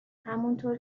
همونطور